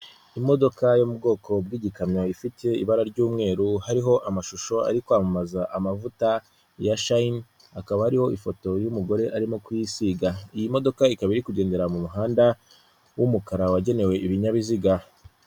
Imodoka yo mu bwoko bw'igikamyo ifite ibara ry'umweru, hariho amashusho ari kwamamaza amavuta ya shayini, hakaba hariho ifoto y'umugore arimo kuyisiga. Iyi modoka ikaba iri kugendera mu muhanda w'umukara wagenewe ibinyabiziga.